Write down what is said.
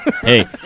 Hey